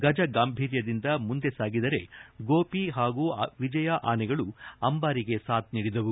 ಗಜ ಗಾಂಭೀರ್ಯದಿಂದ ಮುಂದೆ ಸಾಗಿದರೆ ಗೋಪಿ ಹಾಗೂ ವಿಜಯ ಆನೆಗಳು ಅಂಬಾರಿಗೆ ಸಾಥ್ ನೀಡಿದವು